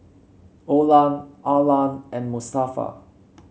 Olan Arlan and Mustafa